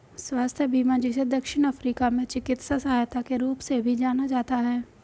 स्वास्थ्य बीमा जिसे दक्षिण अफ्रीका में चिकित्सा सहायता के रूप में भी जाना जाता है